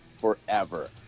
forever